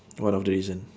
one of the reason